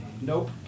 Nope